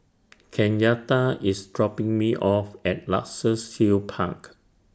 Kenyatta IS dropping Me off At Luxus Hill Park